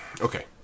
okay